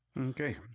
Okay